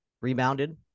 rebounded